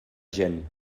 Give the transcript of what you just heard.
gent